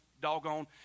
doggone